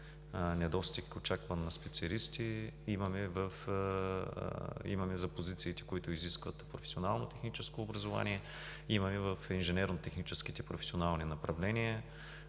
недостиг на специалисти имаме за позициите, които изискват професионално-техническо образование, имаме в инженерно-техническите професионални направления.